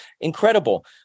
incredible